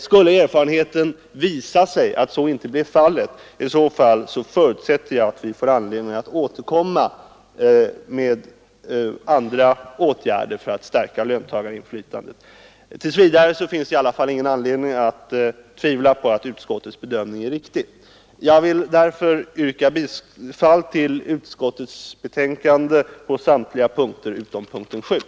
Skulle erfarenheten visa att så inte blir fallet, förutsätter jag att vi får anledning att återkomma med andra åtgärder för att stärka löntagarinflytandet. Tills vidare finns det i alla fall ingen anledning att tvivla på att utskottets bedömning är riktig. Jag vill därför yrka bifall till utskottets hemställan på samtliga punkter utom punkten 7.